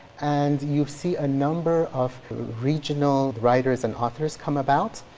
and you see a number of regional writers and authors come about.